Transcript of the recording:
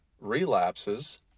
relapses